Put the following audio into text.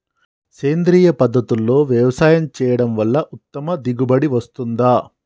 సేంద్రీయ పద్ధతుల్లో వ్యవసాయం చేయడం వల్ల ఉత్తమ దిగుబడి వస్తుందా?